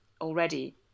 already